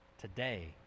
Today